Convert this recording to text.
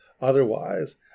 otherwise